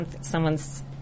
someone's